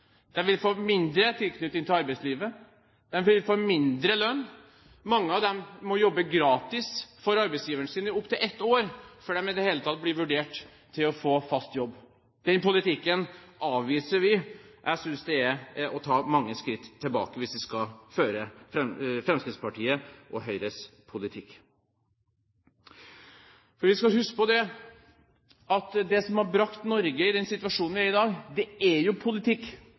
De vil få mindre tilknytning til arbeidslivet. De vil få mindre lønn. Mange av dem må jobbe gratis for arbeidsgiveren sin i opptil ett år før de i det hele tatt vil bli vurdert til å få fast jobb. Den politikken avviser vi. Jeg synes det er å ta mange skritt tilbake hvis vi skal føre Fremskrittspartiets og Høyres politikk, for vi skal huske på at det som har brakt Norge i den situasjonen vi er i i dag, er jo politikk.